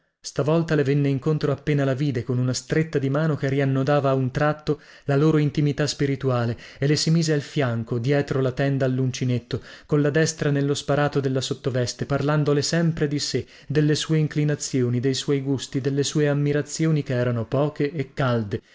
stavolta le venne incontro appena la vide con una stretta di mano che riannodava a un tratto la loro intimità spirituale e le si mise al fianco dietro la tenda alluncinetto colla destra nello sparato della sottoveste parlandole sempre di lui delle sue inclinazioni dei suoi gusti delle sue ammirazioni che erano poche e calde